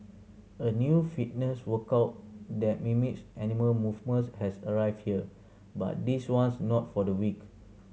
a new fitness workout that mimics animal movements has arrived here but this one's not for the weak